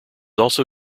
also